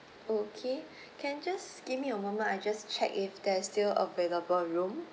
okay can just give me a moment I just check if there's still available room